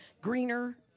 greener